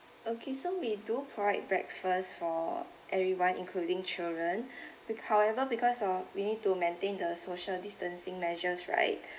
okay so we do provide breakfast for everyone including children bec~ however because of we need to maintain the social distancing measures right